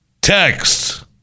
Text